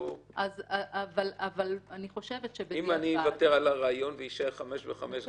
אם אני אוותר על הרעיון ויישארו חמש שנים וחמש שנים,